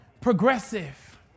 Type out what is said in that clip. Progressive